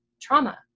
trauma